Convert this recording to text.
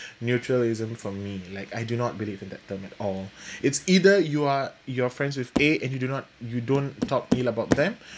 neutralism for me like I do not believe in that term at all it's either you're you're friends with a and you do not you don't talk ill about them